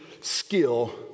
skill